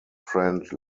friend